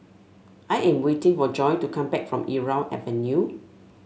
I am waiting for Joy to come back from Irau Avenue